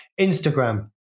Instagram